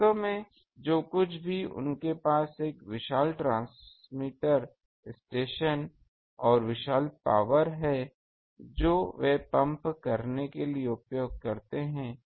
वास्तव में जो कुछ भी उनके पास एक विशाल ट्रांसमीटर स्टेशन और विशाल पावर है जो वे पंप करने के लिए उपयोग करते हैं